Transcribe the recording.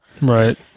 Right